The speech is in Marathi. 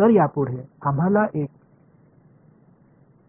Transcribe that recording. तर यामुळे आम्हाला एक